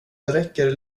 räcker